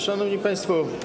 Szanowni Państwo!